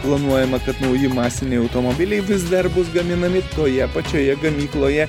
planuojama kad nauji masiniai automobiliai vis dar bus gaminami toje pačioje gamykloje